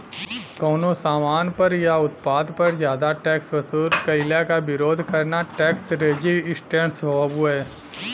कउनो सामान पर या उत्पाद पर जादा टैक्स वसूल कइले क विरोध करना टैक्स रेजिस्टेंस हउवे